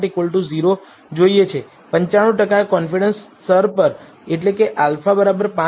0 જોઈએ છે 95 ટકા કોન્ફિડન્સ સ્તર પર એટલે કે α 5 ટકા